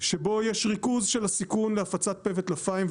שבו יש ריכוז של הסיכון להפצת פה וטלפיים,